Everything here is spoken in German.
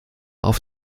auf